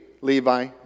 Levi